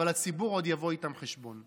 אבל הציבור עוד יבוא איתם חשבון.